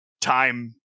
time